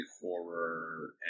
horror